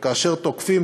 וכאשר תוקפים,